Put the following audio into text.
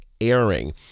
airing